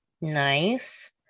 nice